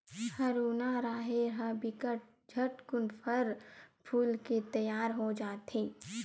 हरूना राहेर ह बिकट झटकुन फर फूल के तियार हो जथे